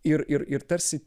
ir ir ir tarsi